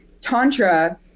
Tantra